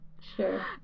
sure